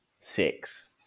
six